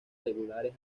regulares